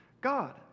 God